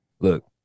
Look